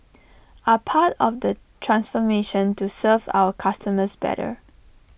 are part of the transformation to serve our customers better